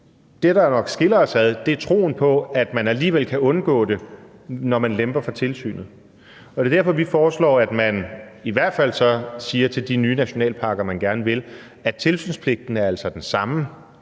Det, der nok skiller os ad, er troen på, at man alligevel kan undgå det, når man lemper på tilsynet. Det er derfor, vi foreslår, at man så i hvert fald siger til de nye nationalparker, som man gerne vil have, at tilsynspligten altså er den samme,